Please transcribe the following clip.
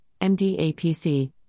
MDAPC